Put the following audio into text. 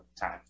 time